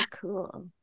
cool